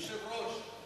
אדוני היושב-ראש,